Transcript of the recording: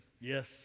yes